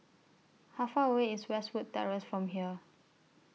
How Far away IS Westwood Terrace from here